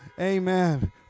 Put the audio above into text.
amen